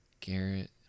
Garrett